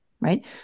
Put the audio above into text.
right